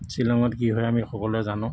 শ্বিলঙত কি হয় আমি সকলোৱে জানো